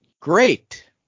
great